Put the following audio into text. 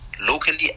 locally